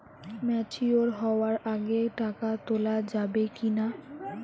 Mature হওয়ার আগে টাকা তোলা যাবে কিনা?